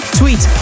tweet